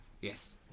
Yes